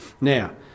Now